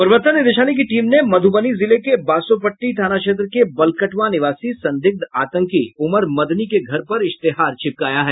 प्रवर्तन निदेशालय की टीम ने मधुबनी जिले के बासोपट्टी थाना क्षेत्र के बलकटवा निवासी संदिग्ध आतंकी उमर मदनी के घर पर इश्तेहार चिपकाया है